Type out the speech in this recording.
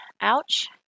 Ouch